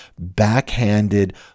backhanded